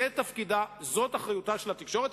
זאת אחריותה של התקשורת,